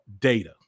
data